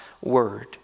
word